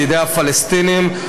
לידי הפלסטינים,